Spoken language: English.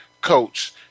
Coach